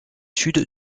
sud